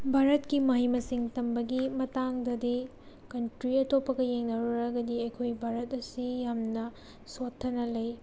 ꯚꯥꯔꯠꯀꯤ ꯃꯍꯩ ꯃꯁꯤꯡ ꯇꯝꯕꯒꯤ ꯃꯇꯥꯡꯗꯗꯤ ꯀꯟꯇ꯭ꯔꯤ ꯑꯇꯣꯞꯄꯒ ꯌꯦꯡꯅꯔꯨꯔꯒꯗꯤ ꯑꯩꯈꯣꯏ ꯚꯥꯔꯠ ꯑꯁꯤ ꯌꯥꯝꯅ ꯁꯣꯊꯅ ꯂꯩ